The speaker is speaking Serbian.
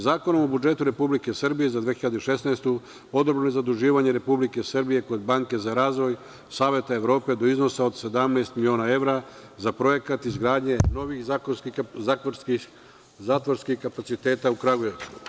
Zakonom o budžetu Republike Srbije za 2016. godinu odobrilo zaduživanje Republike Srbije kod Banke za razvoj Saveta Evrope do iznosa od 17 miliona evra za projekat izgradnje novih zatvorskih kapaciteta u Kragujevcu.